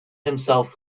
himself